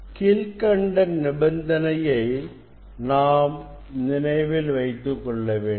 கீழ்க்கண்ட நிபந்தனையை நாம் நினைவில் வைத்துக்கொள்ள வேண்டும்